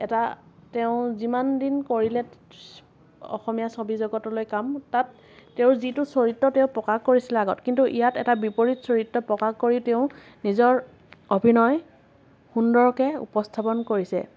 এটা তেওঁ যিমান দিন কৰিলে অসমীয়া ছবিজগতলৈ কাম তাত তেওঁৰ যিটো চৰিত্ৰ তেওঁ প্ৰকাশ কৰিছিলে আগত কিন্তু ইয়াত এটা বিপৰীত চৰিত্ৰ প্ৰকাশ কৰি তেওঁ নিজৰ অভিনয় সুন্দৰকৈ উপস্থাপন কৰিছে